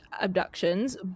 Abductions